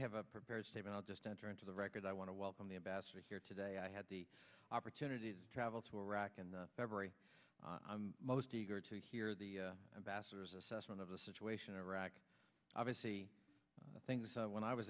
have a prepared statement i'll just enter into the record i want to welcome the ambassador here today i had the opportunity to travel to iraq and every i'm most eager to hear the ambassador's assessment of the situation in iraq obviously things when i was